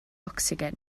ocsigen